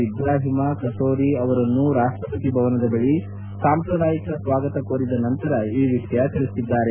ಇಬ್ರಾಹಿಮ Kassory Fofana ಅವರನ್ನು ರಾಷ್ಟಪತಿ ಭವನದ ಬಳಿ ಸಾಂಪ್ರಾದಾಯಿಕ ಸ್ವಾಗತ ಕೋರಿದ ನಂತರ ಈ ವಿಷಯ ತಿಳಿಸಿದ್ದಾರೆ